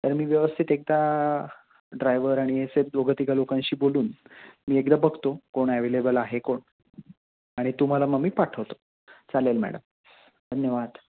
तर मी व्यवस्थित एकदा ड्रायवर आणि असे दोघं तिघं लोकांशी बोलून मी एकदा बघतो कोण ॲवेलेबल आहे कोण आणि तुम्हाला मग मी पाठवतो चालेल मॅडम धन्यवाद